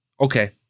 okay